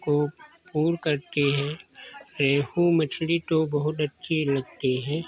को पूरी करती है रेहू मछली तो बहुत अच्छी लगती है